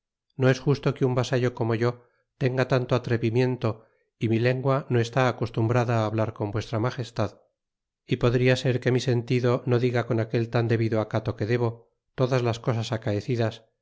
no es justo que un vasallo como yo tenga tanto atrevimiento y mi lengua no está acostumbrada á hablar con vuestra magestad y podria ser que mi sentido no diga con aquel tan debido acato que debo todas las cosas acaecidas